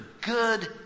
good